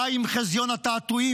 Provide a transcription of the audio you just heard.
די עם חזיון התעתועים,